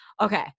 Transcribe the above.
Okay